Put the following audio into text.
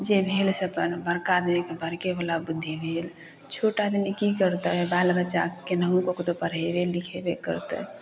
जे भेल से अपन बरकाके बरके बला बुद्धि भेल छोट आदमी की करतै बाल बच्चा केनाहू कऽके पढ़ेबै लिखेबै करतै